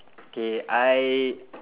okay I